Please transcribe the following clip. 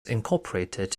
incorporated